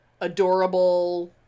adorable